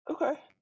Okay